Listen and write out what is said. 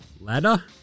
ladder